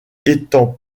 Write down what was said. étant